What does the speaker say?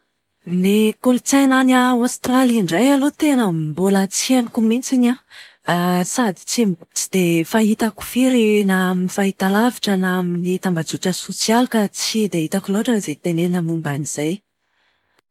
Ny kolotsaina any Aostralia indray aloha tena mbola tsy haiko mihitsiny an, sady tsy dia fahitako firy na amin'ny fahitalavitra na amin'ny tambajotra sosial ka tsy dia hitako loatra izay tenenina momba an'izay.